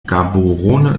gaborone